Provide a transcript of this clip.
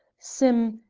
sim!